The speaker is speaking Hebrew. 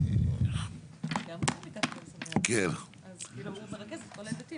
יחד עם המשרד להגנת הסביבה כריבון בשטח.